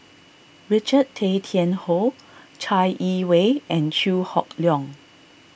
Richard Tay Tian Hoe Chai Yee Wei and Chew Hock Leong